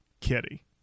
Kitty